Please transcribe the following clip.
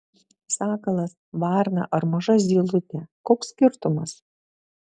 sakalas varna ar maža zylutė koks skirtumas